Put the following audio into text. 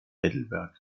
heidelberg